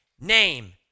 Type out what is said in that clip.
name